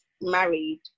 married